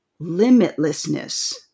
limitlessness